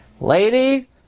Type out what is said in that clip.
Lady